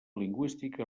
lingüística